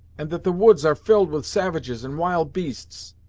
and that the woods are filled with savages and wild beasts!